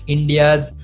India's